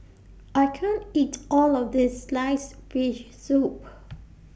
I can't eat All of This Sliced Fish Soup